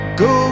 go